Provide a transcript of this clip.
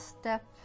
step